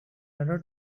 order